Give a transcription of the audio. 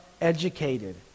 educated